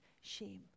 shame